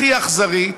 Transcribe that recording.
הכי אכזרי,